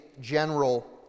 general